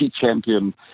champion